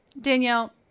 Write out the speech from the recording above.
Danielle